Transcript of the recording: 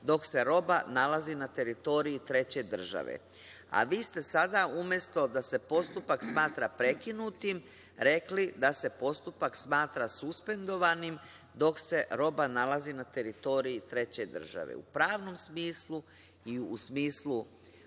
„dok se roba nalazi na teritoriji treće države“. A vi ste sada, umesto da se postupak smatra prekinutim, rekli da se postupak smatra suspendovanim dok se roba nalazi na teritoriji treće države. U pravnom smislu i u smislu